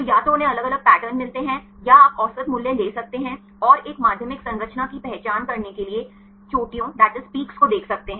तो या तो उन्हें अलग अलग पैटर्न मिलते हैं या आप औसत मूल्य ले सकते हैं और एक माध्यमिक संरचना की पहचान करने के लिए चोटियों को देख सकते हैं